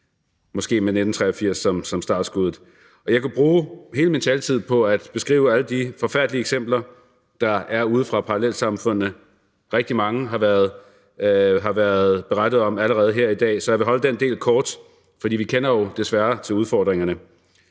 måske med 1983 som startskuddet. Og jeg kunne bruge hele min taletid på at beskrive alle de forfærdelige eksempler, der er ude fra parallelsamfundene, men der er allerede rigtig mange, der har berettet om det her i dag, så jeg vil lade den del af talen være kort, for vi kender jo desværre til udfordringerne.